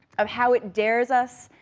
of how it dares us,